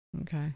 Okay